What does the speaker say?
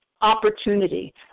opportunity